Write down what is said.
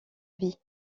vie